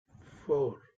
four